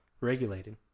regulated